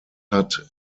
hat